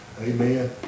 Amen